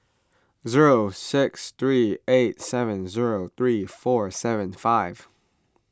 zero six three eight seven zero three four seven five